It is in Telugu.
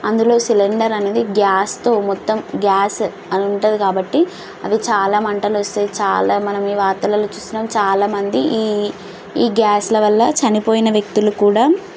అందులో సిలిండర్ అనేది గ్యాస్తో మొత్తం గ్యాస్ అని ఉంటుంది కాబట్టి అవి చాలా మంటలు వస్తాయి చాలా మనం ఈ వార్తలలో చూస్తునాం చాలామంది ఈ ఈ గ్యాస్ల వల్ల చనిపోయిన వ్యక్తులు కూడా